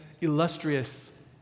illustrious